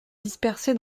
disperser